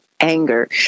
anger